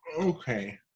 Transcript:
Okay